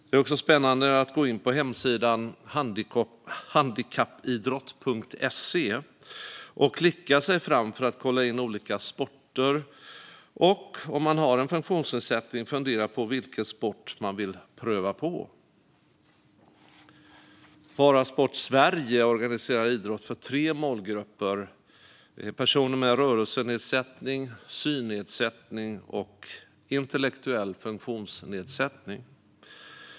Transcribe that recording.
Det är också spännande att gå in på hemsidan handikappidrott.se och klicka sig fram för att kolla in olika sporter och, om man har en funktionsnedsättning, fundera på vilken sport man vill pröva på. Parasport Sverige organiserar idrott för tre målgrupper: personer med rörelsenedsättning, personer med synnedsättning och personer med intellektuell funktionsnedsättning.